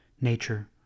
Nature